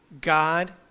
God